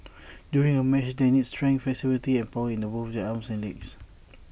during A match they need strength flexibility and power in both their arms and legs